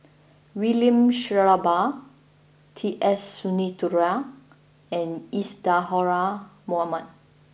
William Shellabear T S Sinnathuray and Isadhora Mohamed